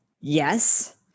yes